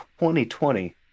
2020